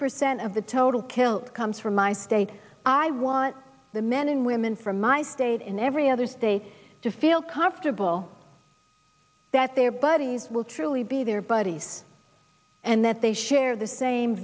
percent of the total killed comes from my state i want the men and women from my state in every other state to feel comfortable that their buddies will truly be their buddies and that they share the same